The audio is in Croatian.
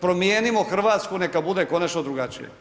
Promijenimo Hrvatsku, neka bude konačno drugačija.